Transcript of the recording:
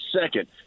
second